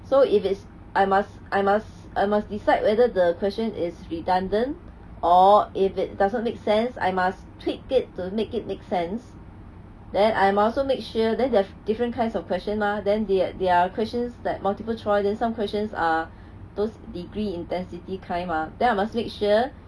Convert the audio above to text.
so if it's I must I must I must decide whether the question is redundant or if it doesn't make sense I must tweak it to make it make sense then I'm also make sure then the different kinds of questions mah then they their questions that multiple choices then some questions are those degree intensity kind mah then I must make sure